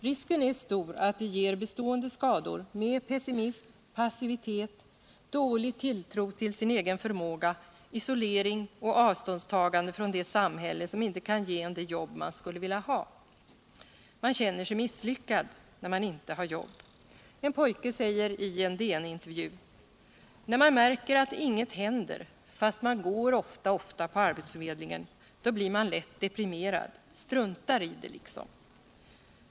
Risken är stor att det ger bestående skador med pessimism, passivitet, dålig tilltro till sin egen förmåga, isolering och avståndstagande I från det samhälle som inte kan ge en det jobb man skulle vilja ha. Man känner sig misslyckad när man inte har jobb. En pojke säger i en DN-intervju den 18 januari 1978: ”När man märker att inget händer fast man går ofta, ofta på förmedlingen. — Då blir man lätt deprimerad. — Struntar i det liksom.